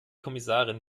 kommissarin